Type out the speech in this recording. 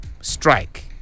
strike